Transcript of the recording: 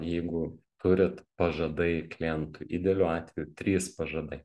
jeigu turit pažadai klientui idealiu atveju trys pažadai